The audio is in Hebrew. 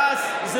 אלקין?